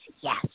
Yes